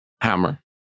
hammer